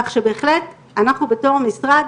כך שבהחלט אנחנו בתור המשרד